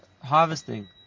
harvesting